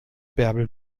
bärbel